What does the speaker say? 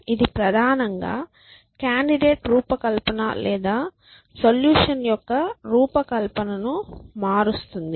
ఇది ప్రధానంగా కాండిడేట్ రూపకల్పన లేదా సొల్యూషన్ యొక్క రూపకల్పనను మారుస్తుంది